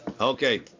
Okay